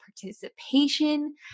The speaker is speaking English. participation